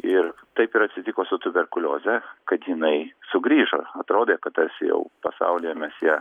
ir taip ir atsitiko su tuberkulioze kad jinai sugrįžo atrodė kad tarsi jau pasaulyje mes ją